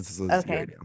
Okay